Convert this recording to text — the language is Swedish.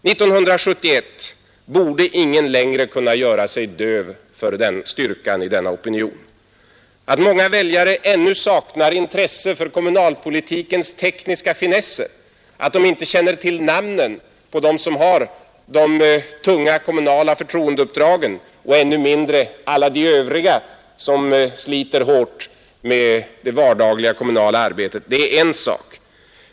1971 borde ingen längre kunna göra sig döv för styrkan i denna opinion. Att många väljare ännu saknar intresse för kommunalpolitikens tekniska finesser, att de inte känner till namnen på dem som har de tunga kommunala förtroendeuppdragen och ännu mindre på alla de övriga som sliter hårt med det vardagliga kommunala arbetet är en sak.